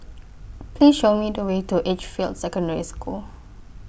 Please Show Me The Way to Edgefield Secondary School